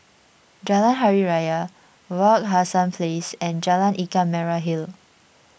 Jalan Hari Raya Wak Hassan Place and Jalan Ikan Merah Hill